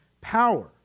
power